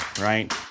right